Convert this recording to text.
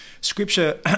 Scripture